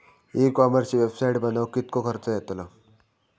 E कॉमर्सची website बनवक किततो खर्च येतलो?